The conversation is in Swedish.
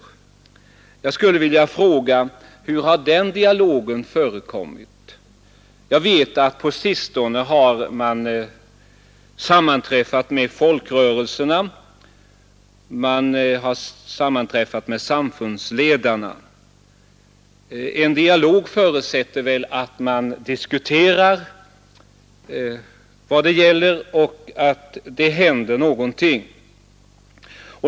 Jag skulle vilja fråga: På vilket sätt har den dialogen utformats? Jag vet att man på sistone har sammanträffat med folkrörelserna och med samfundsledarna. En dialog förutsätter väl att man diskuterar vad det gäller och att det händer någonting.